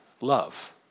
love